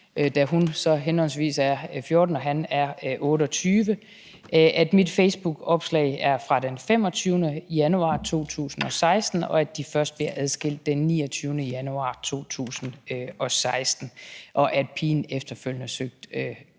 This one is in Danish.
da hun er 14 år og han er 28 år, at mit facebookopslag er fra den 25. januar 2016, at de først bliver adskilt den 29. januar 2016, og at pigen efterfølgende har søgt